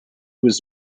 was